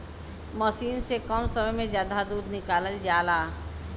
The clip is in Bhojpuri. मसीन से कम समय में जादा दूध निकालल जाला